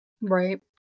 right